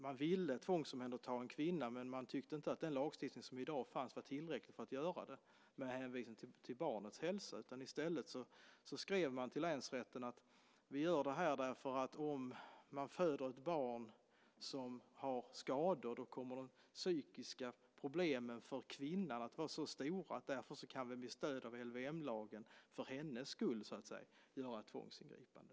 Man ville tvångsomhänderta en kvinna, men man tyckte inte att den lagstiftning som i dag fanns var tillräcklig för att göra det med hänvisning till barnets hälsa. I stället skrev man till länsrätten att man gör det, för om kvinnan föder ett barn som har skador kommer de psykiska problemen för kvinnan att vara stora, och då kan man med stöd av LVM för hennes skull, så att säga, göra ett tvångsingripande.